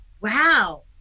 Wow